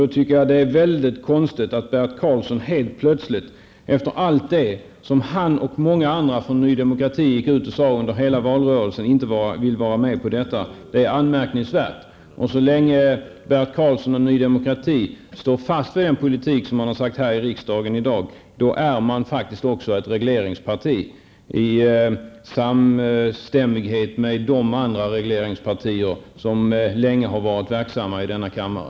Jag tycker att det är konstigt att Bert Karlsson, efter allt det som han och många andra från Ny Demokrati sade under hela valrörelsen, inte vill vara med på detta. Det är anmärkningsvärt. Så länge Bert Karlsson och Ny Demokrati står fast vid den politik som har framkommit i riksdagen i dag är Ny Demokrati också ett regleringsparti, i samstämmighet med de andra regleringspartier som länge har varit verksamma i denna kammare.